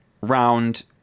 round